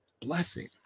blessing